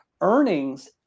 earnings